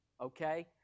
okay